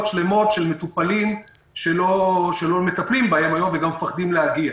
שלמות של מטופלים שלא מטפלים בהם היום וגם פוחדים להגיע.